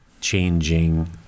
changing